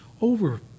over